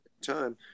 time